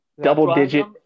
Double-digit